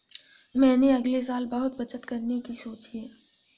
मैंने अगले साल बहुत बचत करने की सोची है